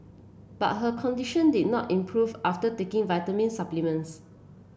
but her condition did not improve after taking vitamin supplements